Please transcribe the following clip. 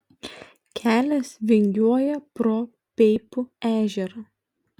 kelias vingiuoja pro peipų ežerą